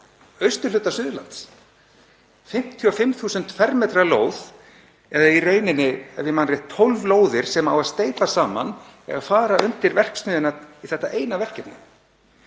austurhluta Suðurlands, 55.000 m² lóð, eða í rauninni, ef ég man rétt, 12 lóðir sem á að steypa saman eiga að fara undir verksmiðjuna í þetta eina verkefni,